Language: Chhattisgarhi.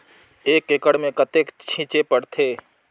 एक एकड़ मे कतेक छीचे पड़थे?